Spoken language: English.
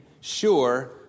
sure